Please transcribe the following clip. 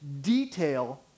detail